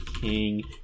King